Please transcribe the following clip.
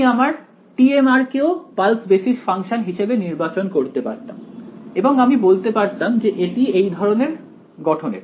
আমি আমার tm কে ও পালস বেসিস ফাংশন হিসেবে নির্বাচন করতে পারতাম এবং আমি বলতে পারতাম যে এটি এই ধরনের গঠনের